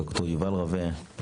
ד"ר יובל רווה,